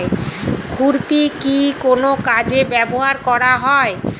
খুরপি কি কোন কাজে ব্যবহার করা হয়?